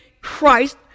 Christ